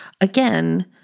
again